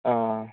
ആ